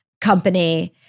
company